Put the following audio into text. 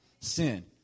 sin